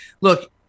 look